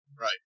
right